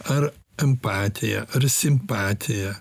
ar empatiją ar simpatiją